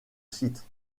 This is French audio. site